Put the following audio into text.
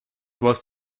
was